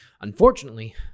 Unfortunately